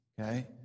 okay